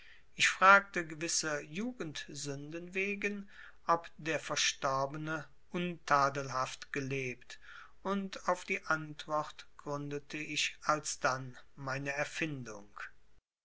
ich fragte gewisser jugendsünden wegen ob der verstorbene untadelhaft gelebt und auf die antwort gründete ich alsdann meine erfindung